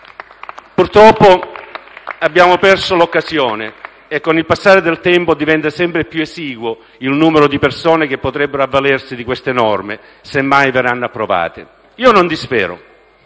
Purtroppo abbiamo perso l'occasione e con il passare del tempo diventa sempre più esiguo il numero di persone che potrebbero avvalersi di queste norme, semmai verranno approvate. Io non dispero.